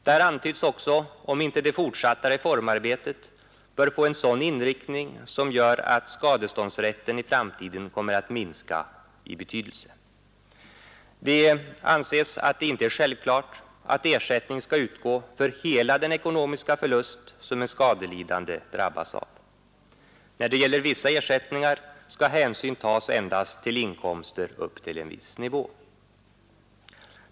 Där antyds också att det fortsatta reformarbetet bör få en inriktning som gör att skadeståndsrätten i framtiden kommer att minska i betydelse. Det anses inte självklart att ersättning skall utgå för hela den ekonomiska förlust som en skadelidande drabbas av. När det gäller vissa ersättningar skall hänsyn tas endast till inkomster upp till en viss nivå.